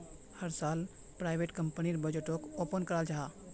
हर साल प्राइवेट कंपनीर बजटोक ओपन कराल जाहा